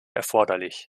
erforderlich